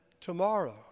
tomorrow